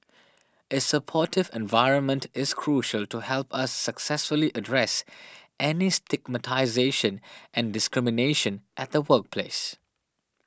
a supportive environment is crucial to help us successfully address any stigmatisation and discrimination at the workplace